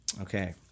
Okay